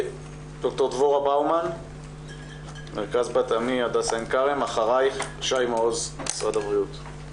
שי מעוז ממשרד הבריאות.